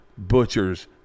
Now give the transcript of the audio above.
Butchers